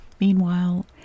Meanwhile